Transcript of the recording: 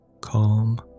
Calm